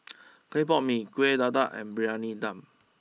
Clay Pot Mee Kueh Dadar and Briyani Dum